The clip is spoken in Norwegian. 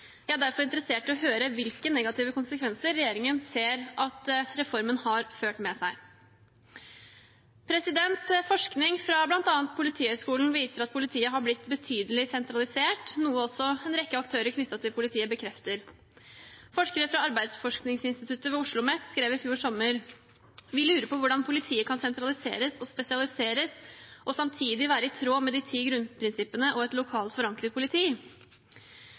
Jeg er derfor interessert i å høre hvilke negative konsekvenser regjeringen ser at reformen har ført med seg. Forskning fra bl.a. Politihøgskolen viser at politiet har blitt betydelig sentralisert, noe også en rekke aktører knyttet til politiet bekrefter. Forskere fra Arbeidsforskningsinstituttet ved OsloMet skrev i fjor sommer: «Vi lurer på hvordan politiet kan sentraliseres og spesialiseres og samtidig være i tråd med de ti grunnprinsippene og et lokalt forankret politi?»